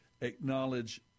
acknowledge